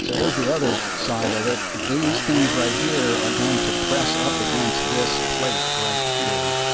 so here's the other side of it these things right here are going to press up against this plate right here,